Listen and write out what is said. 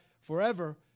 forever